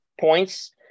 points